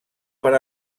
per